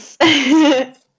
yes